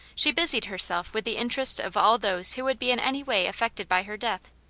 she busied herself with the interests of all those who would be in any way affected by her death.